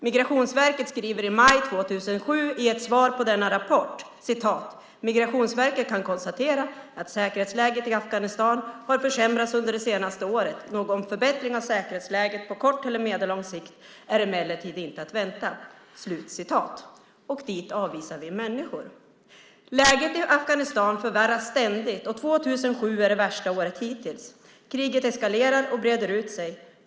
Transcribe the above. Migrationsverket skriver i maj 2007 i ett svar på denna rapport: "Migrationsverket kan konstatera att säkerhetsläget i Afghanistan har försämrats under det senaste året . någon förbättring av säkerhetsläget på kort eller medellång sikt är emellertid inte att vänta." Dit avvisar vi människor! Läget i Afghanistan förvärras ständigt. 2007 är det värsta året hittills. Kriget eskalerar och breder ut sig.